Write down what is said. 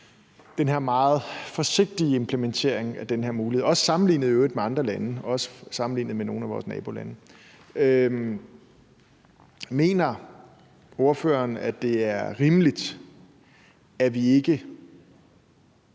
den her meget forsigtige implementering af den her mulighed, også sammenlignet med andre lande i øvrigt og også sammenlignet med